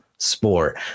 Sport